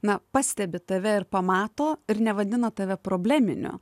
na pastebi tave ir pamato ir nevadina tave probleminiu